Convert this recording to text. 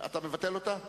אתה מבטל אותה?